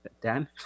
Dan